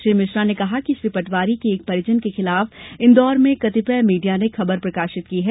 श्री मिश्रा ने कहा कि श्री पटवारी के एक परिजन के खिलाफ इंदौर में कतिपय मीडिया ने खबर प्रकाशित की है